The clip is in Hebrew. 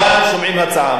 כאן שומעים הצעה.